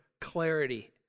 clarity